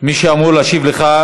מי שאמור להשיב לך,